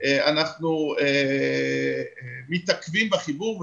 אנחנו מתעכבים בחיבור.